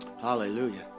Hallelujah